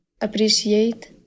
appreciate